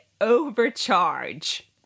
overcharge